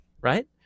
right